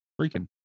Freaking